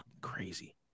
crazy